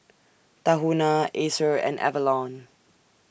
Tahuna Acer and Avalon